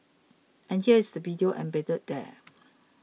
and here is the video embedded there